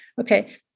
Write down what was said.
Okay